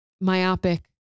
myopic